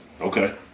Okay